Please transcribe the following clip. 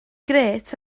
grêt